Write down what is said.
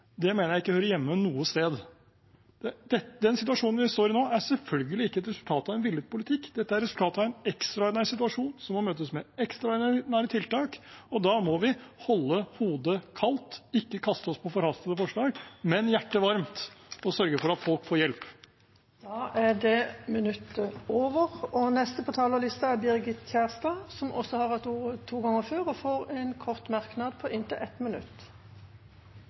mener jeg ikke hører hjemme noe sted. Den situasjonen vi står i nå, er selvfølgelig ikke et resultat av en villet politikk. Dette er resultatet av en ekstraordinær situasjon som må møtes med ekstraordinære tiltak, og da må vi ikke kaste oss på forhastede forslag, men holde hodet kaldt og hjertet varmt og sørge for at folk får hjelp. Representanten Birgit Oline Kjerstad har hatt ordet to ganger tidligere og får ordet til en kort merknad, begrenset til 1 minutt.